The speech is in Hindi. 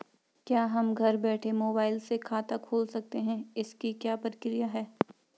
क्या हम घर बैठे मोबाइल से खाता खोल सकते हैं इसकी क्या प्रक्रिया है?